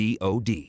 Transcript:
DOD